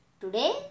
Today